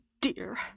dear